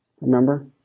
Remember